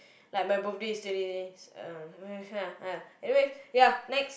like my birthday is twenty uh anyway yeah next